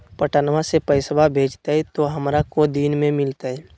पटनमा से पैसबा भेजते तो हमारा को दिन मे मिलते?